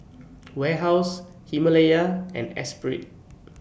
Warehouse Himalaya and Espirit